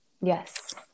Yes